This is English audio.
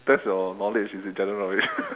test your knowledge is it general knowledge